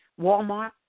Walmart